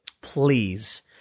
please